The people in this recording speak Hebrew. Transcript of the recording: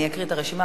אני אקרא את הרשימה,